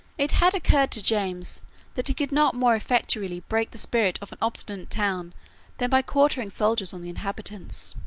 it had occurred to james that he could not more effectually break the spirit of an obstinate town than by quartering soldiers on the inhabitants.